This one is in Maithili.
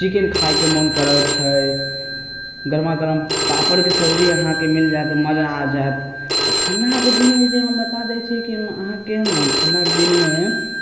चिकेन खायके मोन करै छै गरमा गरम पापड़के सब्जी अहाँके मिल जायत मजा आ जायत आ ठण्ढाके दिनमे जे हम बता दै छी कि अहाँके हइ ने ठण्ढाके दिनमे